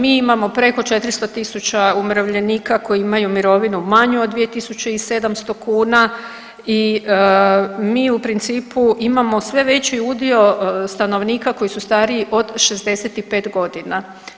Mi imamo preko 400 000 umirovljenika koji imaju mirovinu manju od 2700 kuna i mi u principu imamo sve veći udio stanovnika koji su stariji od 65 godina.